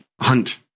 hunt